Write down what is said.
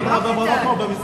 מה היא אמרה במרוקו או במצרים?